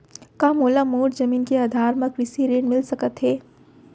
का मोला मोर जमीन के आधार म कृषि ऋण मिलिस सकत हे?